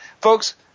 folks